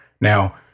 Now